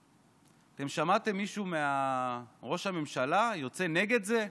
אתם שמעתם מישהו, ראש הממשלה, יוצא נגד זה?